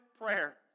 prayer